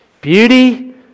Beauty